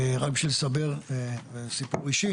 רק לסבר סיפור אישי